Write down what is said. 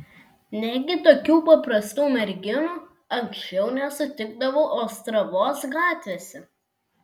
negi tokių paprastų merginų anksčiau nesutikdavau ostravos gatvėse